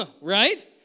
Right